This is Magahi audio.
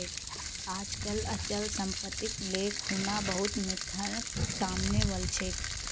आजकल अचल सम्पत्तिक ले खुना बहुत मिथक सामने वल छेक